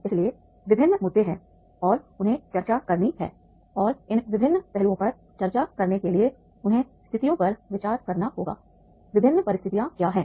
इसलिए विभिन्न मुद्दे हैं और उन्हें चर्चा करनी है और इन विभिन्न पहलुओं पर चर्चा करने के लिए उन्हें स्थितियों पर विचार करना होगा विभिन्न परिस्थितियाँ क्या हैं